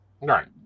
Right